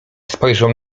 spojrzał